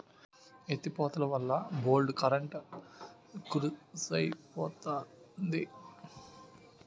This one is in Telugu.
ఎత్తి పోతలవల్ల బోల్డు కరెంట్ కరుసైపోతంది